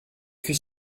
fut